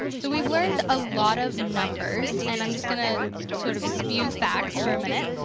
so we've learned a lot of numbers and i'm just going to sort of spew facts for a minute.